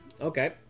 okay